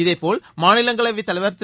இதேபோல் மாநிலங்களவைத் தலைவா் திரு